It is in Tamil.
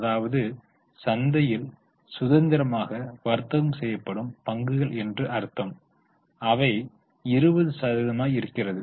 அதாவது சந்தையில் சுதந்திரமாக வர்த்தகம் செய்யப்படும் பங்குகள் என்று அர்த்தம் அவை 20 சதவீதம் இருக்கிறது